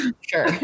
Sure